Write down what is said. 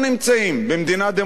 במדינה דמוקרטית